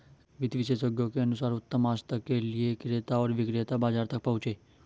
वित्त विशेषज्ञों के अनुसार उत्तम आस्था के लिए क्रेता और विक्रेता बाजार तक पहुंचे